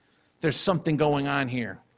there's something going on here.